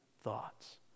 thoughts